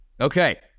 Okay